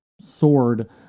sword